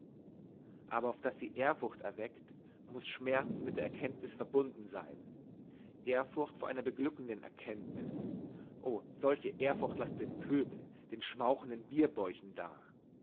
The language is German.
aber auf daß sie ehrfurchterweckt muß schmerz mit der erkenntnis verbunden sein ehrfurcht vor einer beglückenden erkenntnis o solche ehrfurcht laß dem pöbel den schmauchenden bierbäuchen da